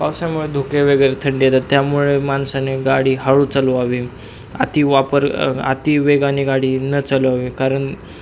पावसामुळे धुकेवगैरे थंडी येतात त्यामुळे माणसाने गाडी हळू चालवावी आति वापर अति वेगाने गाडी न चालवावी कारण